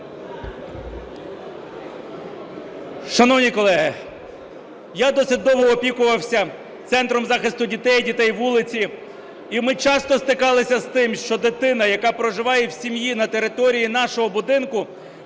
Шановні колеги, я досить довго опікувався Центром захисту дітей і дітей вулиці, і ми часто стикалися з тим, що дитина, яка проживає в сім'ї, на території нашого будинку,